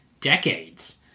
decades